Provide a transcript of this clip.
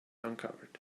uncovered